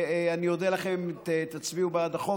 אני אודה לכם אם תצביעו בעד החוק.